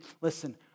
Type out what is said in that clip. listen